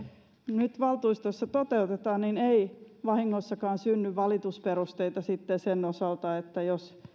nyt valtuustoissa toteutetaan ei vahingossakaan synny valitusperusteita sitten sen osalta jos